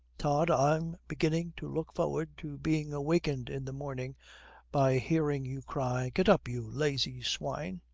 tod, i'm beginning to look forward to being wakened in the morning by hearing you cry, get up, you lazy swine.